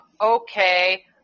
Okay